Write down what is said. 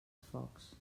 focs